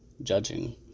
judging